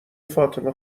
فاطمه